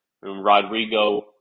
Rodrigo